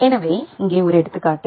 எனவே இங்கே ஒரு எடுத்துக்காட்டு